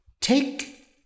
Take